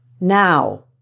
Now